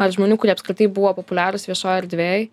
ar žmonių kurie apskritai buvo populiarūs viešoj erdvėj